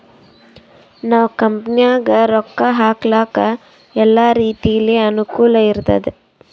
ನಾವ್ ಕಂಪನಿನಾಗ್ ರೊಕ್ಕಾ ಹಾಕ್ಲಕ್ ಎಲ್ಲಾ ರೀತಿಲೆ ಅನುಕೂಲ್ ಇರ್ತುದ್